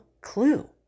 clue